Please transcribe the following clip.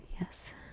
Yes